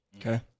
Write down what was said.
Okay